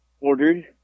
ordered